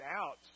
out